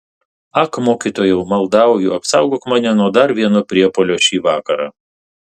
ak mokytojau maldauju apsaugok mane nuo dar vieno priepuolio šį vakarą